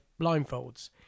blindfolds